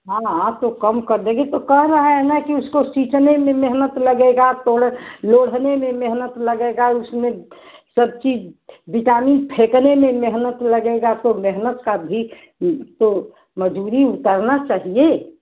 हाँ हाँ तो कम कर देंगे तो कह रहे है ना कि उसको सीचने में मेहनत लगेगा तोड़ लोढ़ने में मेहनत लगेगा उसमें सब चीज़ बिटामिन फेंकने में मेहनत लगेगा तो मेहनत का भी तो मजूरी उतरना चाहिए